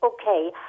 okay